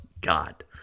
God